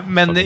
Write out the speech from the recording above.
Men